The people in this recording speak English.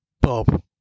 Bob